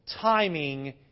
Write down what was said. timing